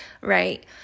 right